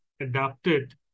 adapted